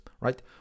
right